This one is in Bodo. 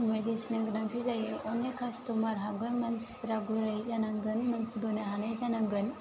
बायदिसिना गोनांथि जायो अनेक कास्ट'मार हाबगोन मानसिफ्रा गुरै जानांगोन मानसि बोनो हानाय जानांगोन